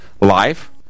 life